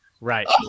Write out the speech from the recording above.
Right